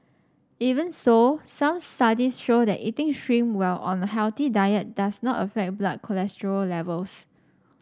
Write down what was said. even so some studies show that eating shrimp while on a healthy diet does not affect blood cholesterol levels